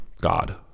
God